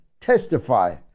testify